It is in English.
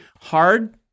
hard